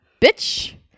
Bitch